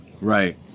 Right